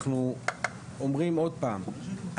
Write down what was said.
אנחנו אומרים עוד פעם,